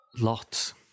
Lots